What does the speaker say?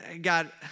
God